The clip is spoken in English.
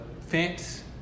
fence